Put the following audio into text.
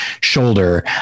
shoulder